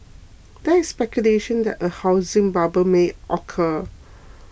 there is speculation that a housing bubble may occur